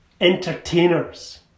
entertainers